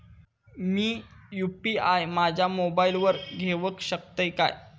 मी UPI माझ्या मोबाईलावर घेवक शकतय काय?